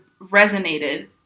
resonated